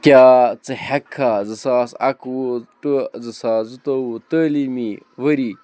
کیٛاہ ژٕ ہٮ۪کٕکھا زٕ ساس اَکوُہ ٹُو زٕ ساس زٕتوٚوُہ تعلیٖمی ؤری